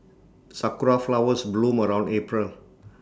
Sakura Flowers bloom around April